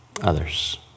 others